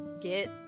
get